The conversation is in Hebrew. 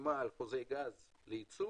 חתימה על חוזה גז לייצוא